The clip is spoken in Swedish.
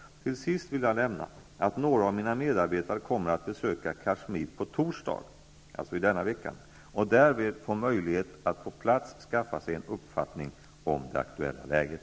Till sist vill jag nämna att några av mina medarbetare kommer att besöka Kashmir på torsdag denna vecka. Därvid får de möjlighet att på plats skaffa sig en uppfattning om det aktuella läget.